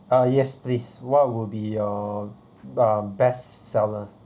uh yes please what would be your uh best seller